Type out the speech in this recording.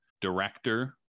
director